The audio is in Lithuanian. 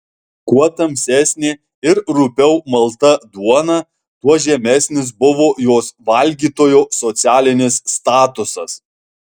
kuo tamsesnė ir rupiau malta duona tuo žemesnis buvo jos valgytojo socialinis statusas